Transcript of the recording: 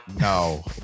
No